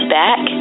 back